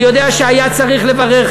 אני יודע שהיה צריך לברר,